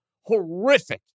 horrific